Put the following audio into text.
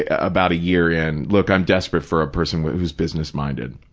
ah about a year in, look, i'm desperate for a person who's business-minded.